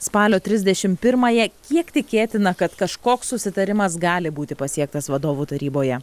spalio trisdešimt pirmąją kiek tikėtina kad kažkoks susitarimas gali būti pasiektas vadovų taryboje